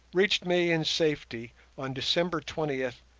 reached me in safety on december twenty,